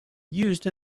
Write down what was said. used